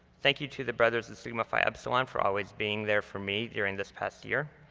thank you to the brothers of sigma phi epsilon for always being there for me during this past year.